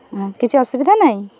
କିଛି ଅସୁବିଧା ନାହିଁ